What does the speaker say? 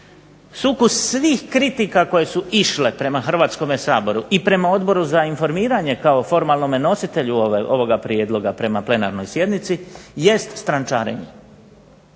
Sukus svih kritika koje su išle prema Hrvatskome saboru i prema Odboru za informiranje kao formalnom nositelju ovoga prijedloga prema plenarnoj sjednici jest strančarenje,